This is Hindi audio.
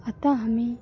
अतः हमें